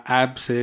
apps